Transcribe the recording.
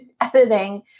editing